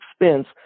expense